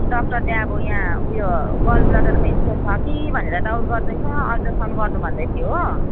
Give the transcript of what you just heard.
डक्टरले अब यहाँ उयो गलब्लडरमा स्टोन छ कि भनेर डाउट गर्दैछ अल्ट्रासाउन्ड गर्नु भन्दैथियो हो